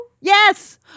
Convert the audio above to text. Yes